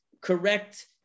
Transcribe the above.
correct